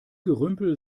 gerümpel